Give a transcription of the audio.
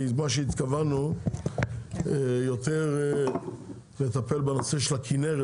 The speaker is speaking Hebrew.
כי מה שהתכוונו זה יותר לטפל בישיבה הזאת בנושא של הכנרת,